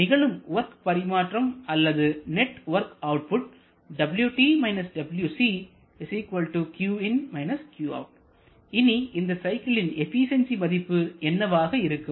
நிகழும் வொர்க் பரிமாற்றம் அல்லது நெட் வொர்க் அவுட்புட் இனி இந்த சைக்கிளின் எபிசியன்சி மதிப்பு என்னவாக இருக்கும்